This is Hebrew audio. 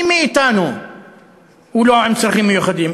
מי מאתנו הוא לא עם צרכים מיוחדים?